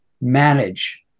manage